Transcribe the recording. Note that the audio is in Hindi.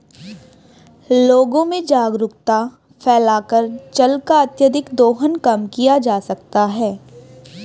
लोगों में जागरूकता फैलाकर जल का अत्यधिक दोहन कम किया जा सकता है